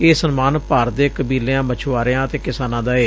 ਇਹ ਸਨਮਾਨ ਭਾਰਤ ਦੇ ਕਬੀਲਿਆਂ ਮਛੁਆਰਿਆਂ ਅਤੇ ਕਿਸਾਨਾਂ ਦਾ ਏ